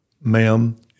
ma'am